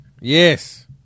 Yes